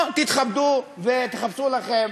או שתתכבדו ותחפשו לכם